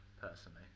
personally